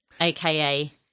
aka